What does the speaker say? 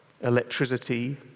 electricity